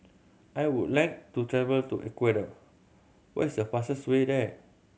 I would like to travel to Ecuador what is the fastest way there